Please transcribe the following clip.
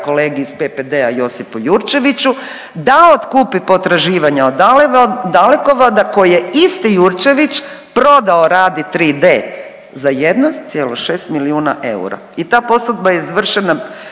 kolegi iz PPD-a Josipu Jurčeviću da otkupi potraživanja od Dalekovoda koji je isti Jurčević prodao Radi 3D za 1,6 milijuna eura. I ta posudba je izvršena